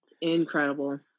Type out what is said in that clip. Incredible